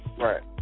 right